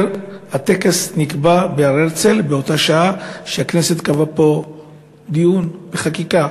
הטקס הבוקר נקבע בהר-הרצל באותה שעה שהכנסת קבעה פה דיון לחקיקה.